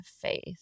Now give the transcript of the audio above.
faith